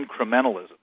incrementalism